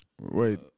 Wait